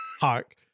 hark